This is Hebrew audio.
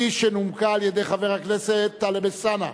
שנומקה על-ידי חבר הכנסת טלב אלסאנע,